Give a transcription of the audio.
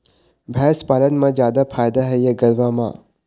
भैंस पालन म जादा फायदा हे या गरवा म?